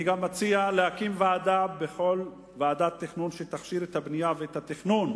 אני גם מציע להקים ועדת תכנון שתכשיר את הבנייה והתכנון.